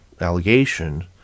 allegation